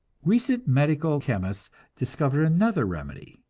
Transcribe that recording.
recently medical chemists discovered another remedy,